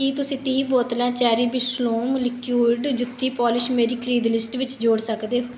ਕੀ ਤੁਸੀਂ ਤੀਹ ਬੋਤਲਾਂ ਚੈਰੀ ਬਲੌਸਮ ਲਿਕੁਈਡ ਜੁੱਤੀ ਪੋਲਿਸ਼ ਮੇਰੀ ਖਰੀਦ ਲਿਸਟ ਵਿੱਚ ਜੋੜ ਸਕਦੇ ਹੋ